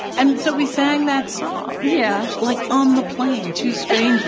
and so we sang that song yeah like on the plane, two strangers